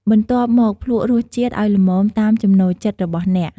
បន្ទាប់មកភ្លក្សរសជាតិឲ្យល្មម តាមចំណូលចិត្តរបស់អ្នក។